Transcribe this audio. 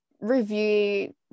review